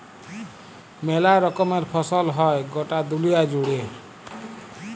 মেলা রকমের ফসল হ্যয় গটা দুলিয়া জুড়ে